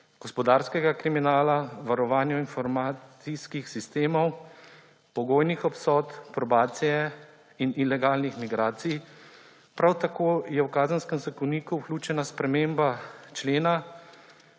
gospodarskega kriminala, varovanja informacijskih sistemov, pogojnih obsodb, probacije in ilegalnih migracij. Prav tako je v kazenski zakonik vključena sprememba člena,